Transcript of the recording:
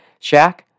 Shaq